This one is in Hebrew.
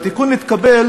והתיקון נתקבל